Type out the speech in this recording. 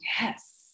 yes